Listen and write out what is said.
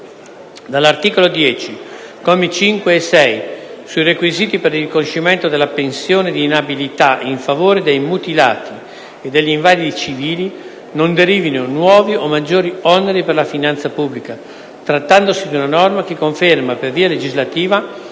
dall’articolo 10, commi 5 e 6, sui requisiti per il riconoscimento della pensione di inabilita in favore dei mutilati e degli invalidi civili, non derivino nuovi o maggiori oneri per la finanza pubblica, trattandosi di una norma che conferma, per via legislativa,